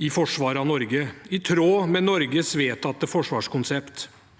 i forsvaret av Norge, i tråd med Norges vedtatte forsvarskonsept.